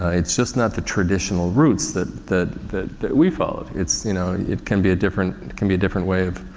ah it's just not the traditional routes that, that, that, that we followed. it's, you know, it can be a different, it can be a different way of,